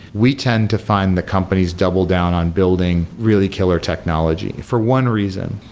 we tend to find the companies double down on building really killer technology for one reason,